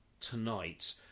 tonight